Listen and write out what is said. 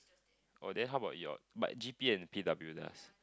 oh then how about your but G_P and P_W does